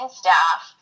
staff